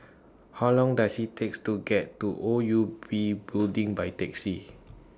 How Long Does IT takes to get to O U B Building By Taxi